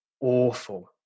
awful